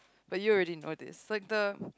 but you already know this like the